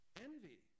envy